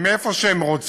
הן תקנינה איפה שהן רוצות,